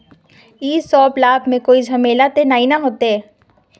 इ सब लाभ में कोई झमेला ते नय ने होते?